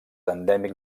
endèmic